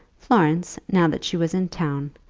florence, now that she was in town,